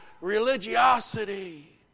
religiosity